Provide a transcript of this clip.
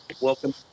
Welcome